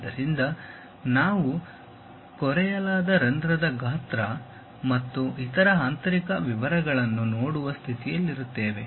ಆದ್ದರಿಂದ ನಾವು ಕೊರೆಯಲಾದ ರಂಧ್ರದ ಗಾತ್ರ ಮತ್ತು ಇತರ ಆಂತರಿಕ ವಿವರಗಳನ್ನು ನೋಡುವ ಸ್ಥಿತಿಯಲ್ಲಿರುತ್ತೇವೆ